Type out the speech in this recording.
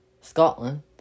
Scotland